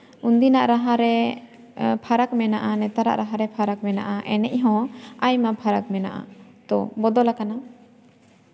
ᱩᱱᱫᱤᱱᱟᱜ ᱨᱟᱦᱟᱨᱮ ᱯᱷᱟᱨᱟᱠ ᱢᱮᱱᱟᱜᱼᱟ ᱱᱮᱛᱟᱨᱟᱜ ᱨᱟᱦᱟᱨᱮ ᱯᱷᱟᱨᱟᱠ ᱢᱮᱱᱟᱜᱼᱟ ᱮᱱᱮᱡ ᱦᱚᱸ ᱟᱭᱢᱟ ᱯᱷᱟᱨᱟᱠ ᱢᱮᱱᱟᱜᱼᱟ ᱛᱚ ᱵᱚᱫᱚᱞ ᱟᱠᱟᱱᱟ